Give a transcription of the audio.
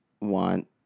want